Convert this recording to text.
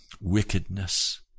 wickedness